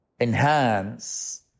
enhance